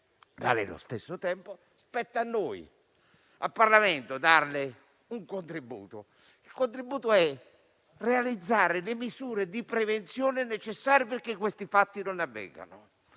Allo stesso tempo, però, spetta a noi, al Parlamento, darle un contributo, nel senso di realizzare le misure di prevenzione necessarie perché questi fatti non avvengano.